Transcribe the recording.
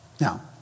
now